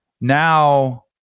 now